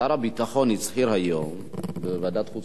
שר הביטחון הצהיר היום בוועדת חוץ